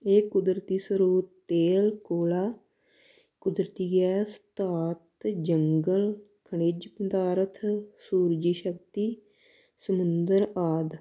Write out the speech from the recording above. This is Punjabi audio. ਇਹ ਕੁਦਰਤੀ ਸਰੋਤ ਤੇਲ ਕੋਲਾ ਕੁਦਰਤੀ ਗੈਸ ਧਾਤ ਜੰਗਲ ਖਣਿਜ ਪਦਾਰਥ ਸੂਰਜੀ ਸ਼ਕਤੀ ਸਮੁੰਦਰ ਆਦਿ